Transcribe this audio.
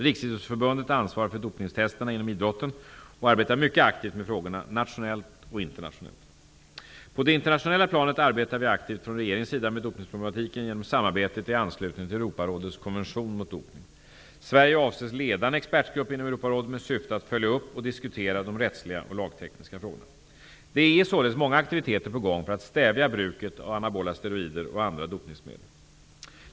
Riksidrottsförbundet ansvarar för dopningstesterna inom idrotten och arbetar mycket aktivt med frågorna nationellt och internationellt. På det internationella planet arbetar vi aktivt från regeringens sida med dopningsproblematiken genom samarbetet i anslutning till Europarådets konvention mot dopning. Sverige avses leda en expertgrupp inom Europarådet med syfte att följa upp och diskutera de rättsliga och lagtekniska frågorna. Det är således många aktiviteter på gång för att stävja bruket av anabola steroider och andra dopningsmedel.